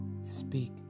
speak